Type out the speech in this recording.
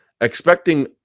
expecting